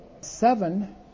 seven